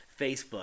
Facebook